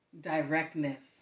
Directness